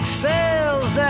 sails